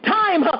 time